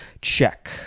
Check